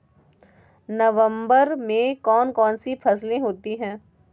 नवंबर में कौन कौन सी फसलें होती हैं?